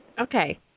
Okay